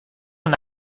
una